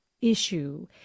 issue